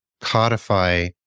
codify